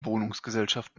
wohnungsgesellschaft